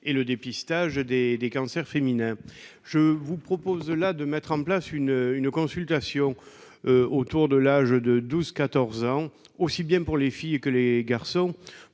et le dépistage des cancers féminins. Par cet amendement, je vous propose de mettre en place une consultation autour de l'âge de 12-14 ans, aussi bien pour les filles que pour les garçons.